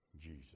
Jesus